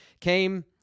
came